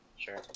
Sure